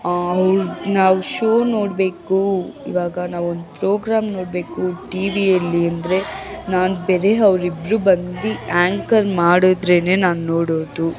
ಅವ್ರದ್ದು ನಾವು ಶೋ ನೋಡಬೇಕು ಇವಾಗ ನಾವೊಂದು ಪ್ರೋಗ್ರಾಮ್ ನೋಡಬೇಕು ಟಿ ವಿಯಲ್ಲಿ ಅಂದರೆ ನಾನು ಬೇರೆ ಅವರಿಬ್ಬರು ಬಂದು ಆಂಕರ್ ಮಾಡಿದ್ರೇನೇ ನಾನು ನೋಡೋದು